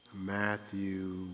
Matthew